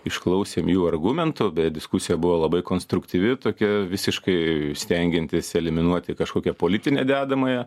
išklausėm jų argumentų beje diskusija buvo labai konstruktyvi tokia visiškai stengiantis eliminuoti kažkokią politinę dedamąją